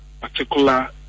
particular